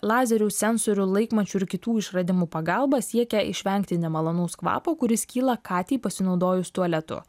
lazerių sensorių laikmačių ir kitų išradimų pagalba siekia išvengti nemalonaus kvapo kuris kyla katei pasinaudojus tualetu